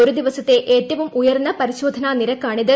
ഒരു ദിവസത്തെ ഏറ്റവും ഉയർന്ന പരിശോധനാ നിരക്കാണിത്